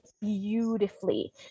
beautifully